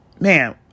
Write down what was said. man